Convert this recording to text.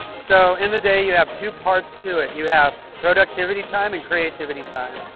so in the day, you have two parts to it. you have productivity time and creativity time.